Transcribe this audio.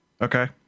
Okay